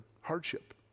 hardship